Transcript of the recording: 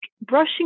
brushing